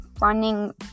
running